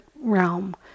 realm